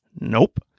Nope